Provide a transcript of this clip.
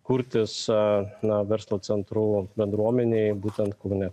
kurtis a na verslo centrų bendruomenei būtent kaune